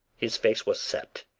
his face was set,